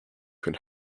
can